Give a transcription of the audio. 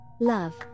love